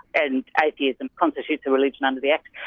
and atheism constitutes a religion under the act,